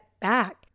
back